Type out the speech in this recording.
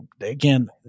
again